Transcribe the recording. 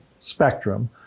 spectrum